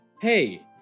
Hey